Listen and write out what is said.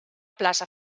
plaça